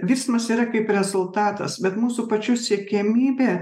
virsmas yra kaip rezultatas bet mūsų pačių siekiamybė